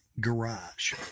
Garage